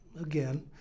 again